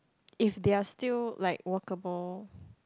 if they are still like workable